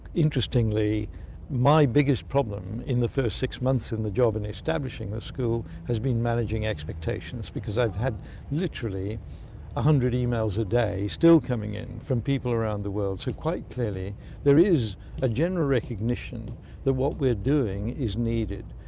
interestingly my biggest problem in the first six months in the job of establishing the school has been managing expectations because i've had literally one hundred emails a day, still coming in, from people around the world. so quite clearly there is a general recognition that what we're doing is needed.